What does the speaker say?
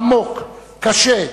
עמוק, קשה,